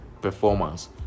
performance